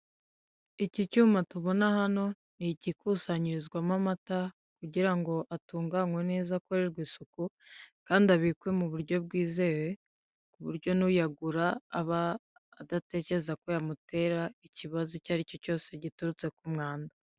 Iki cyuma tubona hano, ni igikusanyirizwamo amata, kugira ngo atunganwe neza, akorerwe isuku, kandi abikwe mu buryo bwizewe, ku buryo n'uyagura aba adatekereza ko yamutera ikibazo icyo ari cyo cyose giturutse ku mwanda.